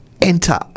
enter